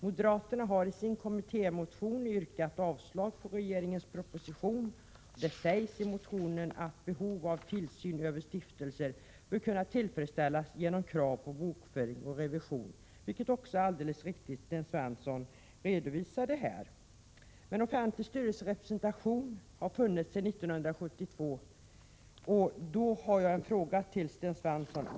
Moderaterna har i sin kommittémotion yrkat avslag på regeringens proposition. Det sägs i motionen att behov av tillsyn över stiftelser bör kunna tillfredsställas genom krav på bokföring och revision. Sten Svensson redovisade helt riktigt det här. Offentlig styrelserepresentation har emellertid funnits sedan 1972. Jag har därför en fråga till Sten Svensson.